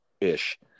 ish